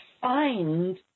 find